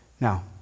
Now